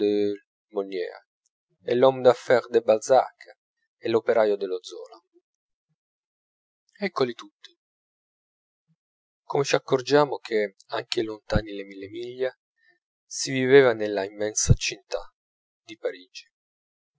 l'homme d'affaire del balzac è l'operaio dello zola eccoli tutti come ci accorgiamo che anche lontani le mille miglia si viveva nella immensa cinta di parigi